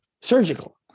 surgical